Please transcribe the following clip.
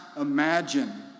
imagine